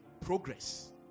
Progress